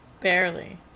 Barely